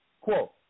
Quote